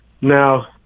now